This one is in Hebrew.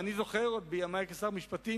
אני זוכר מימי כשר המשפטים,